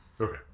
Okay